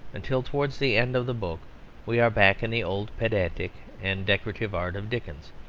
until towards the end of the book we are back in the old pedantic and decorative art of dickens,